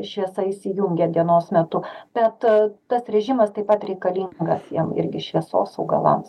šviesa įsijungia dienos metu bet tas režimas taip pat reikalingas jiem irgi šviesos augalams